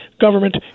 government